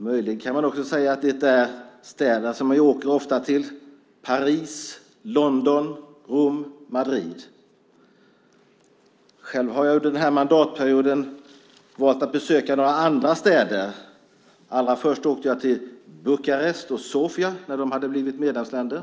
Möjligen kan man säga att det är städerna som man ofta åker till, Paris, London, Rom och Madrid. Själv har jag under den här mandatperioden valt att besöka några andra städer. Allra först åkte jag till Bukarest och Sofia när de länderna hade blivit medlemsländer.